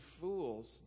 fools